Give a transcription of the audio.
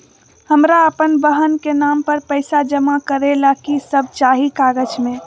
हमरा अपन बहन के नाम पर पैसा जमा करे ला कि सब चाहि कागज मे?